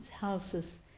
house's